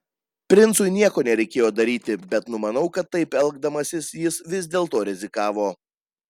princui nieko nereikėjo daryti bet numanau kad taip elgdamasis jis vis dėlto rizikavo